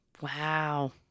Wow